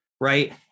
Right